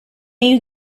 you